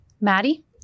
Maddie